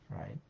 right